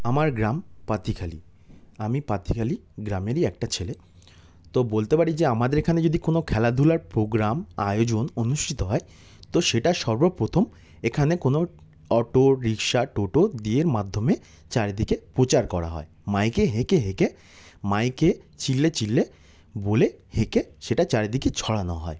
আমার গ্রাম পাতিখালি আমি পাতিখালি গ্রামেরই একটা ছেলে তো বলতে পারি যে আমাদের এখানে যদি কোনো খেলাধুলার প্রগ্রাম আয়োজন অনুষ্ঠিত হয় তো সেটা সর্বপ্রথম এখানে কোনো অটো রিক্সা টোটো দিয়ে মাধ্যমে চারিদিকে প্রচার করা হয় মাইকে হেঁকে হেঁকে মাইকে চিল্লিয়ে চিল্লিয়ে বলে হেঁকে সেটা চারিদিকে ছড়ানো হয়